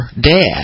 dad